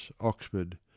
oxford